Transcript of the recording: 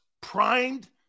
primed